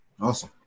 Awesome